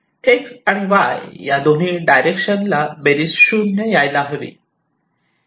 X आणि Y या दोन्ही डायरेक्शन ला बेरीज शून्य यायला हवी